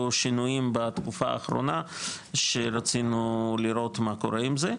שינויים בתקופה האחרונה שרצינו לראות מה קורה עם זה.